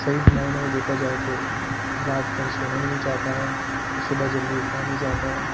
صحیح معنوں میں دیکھا جائے تو رات بھر سونا ہی نہیں چاہتا ہے صبح جلدی اٹھنا نہیں چاہتا ہے